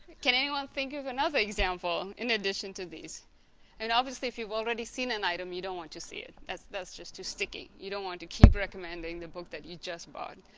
can anyone think of another example in addition to these and obviously if you've already seen an item you don't want to see it that's that's just too sticky you don't want to keep recommending the book that you just bought